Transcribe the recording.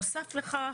בנוסף לכך,